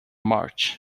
march